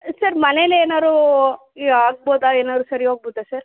sir ಮನೇಲೆ ಏನಾದ್ರೂ ಯಾ ಆಗ್ಬೋದಾ ಏನಾದ್ರು ಸರಿ ಹೋಗ್ಬೊದಾ ಸರ್